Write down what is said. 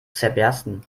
zerbersten